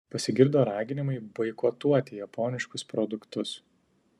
pasigirdo raginimai boikotuoti japoniškus produktus